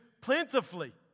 plentifully